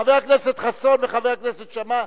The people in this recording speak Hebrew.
חבר הכנסת חסון וחבר הכנסת שאמה,